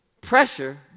Pressure